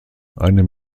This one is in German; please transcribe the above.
einem